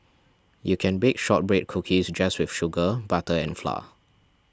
you can bake Shortbread Cookies just with sugar butter and flour